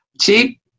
cheap